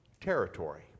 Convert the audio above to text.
Territory